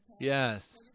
Yes